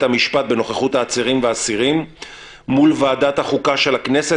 המשפט בנוכחות העצירים/האסירים מול ועדת החוקה של הכנסת.